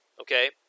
Okay